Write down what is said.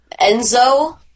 Enzo